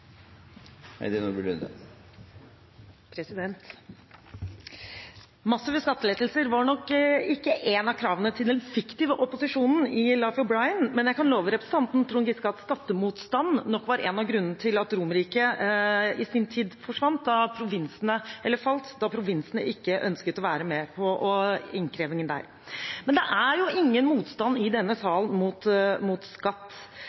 Massive skattelettelser var nok ikke et av kravene til den fiktive opposisjonen i «Life of Brian», men jeg kan love representanten Trond Giske at skattemotstand nok var en av grunnene til at Romerriket i sin tid falt, da provinsene ikke ønsket å være med på innkrevingen der. Men det er ingen motstand i denne sal mot skatt.